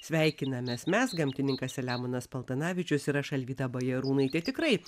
sveikinamės mes gamtininkas selemonas paltanavičius ir aš alvyda bajarūnaitė tikrai